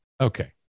okay